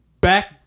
back